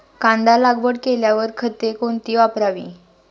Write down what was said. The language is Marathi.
कांदा लागवड केल्यावर खते कोणती वापरावी?